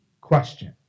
question